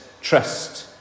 trust